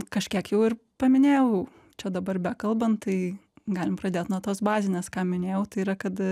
kažkiek jau ir paminėjau čia dabar bekalbant tai galim pradėt nuo tos bazinės ką minėjau tai yra kad